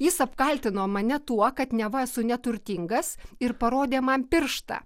jis apkaltino mane tuo kad neva esu neturtingas ir parodė man pirštą